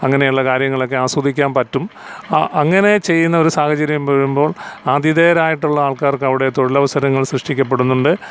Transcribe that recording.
അങ്ങനെയുള്ള കാര്യങ്ങളൊക്കെ ആസ്വദിക്കാൻ പറ്റും ആ അങ്ങനെ ചെയ്യുന്ന ഒരു സാഹചര്യം വരുമ്പോൾ ആഥിതേയരായിട്ടുള്ള ആൾക്കാർക്കവിടെ തൊഴിലവസരങ്ങൾ സൃഷ്ടിക്കപ്പെടുന്നുണ്ട്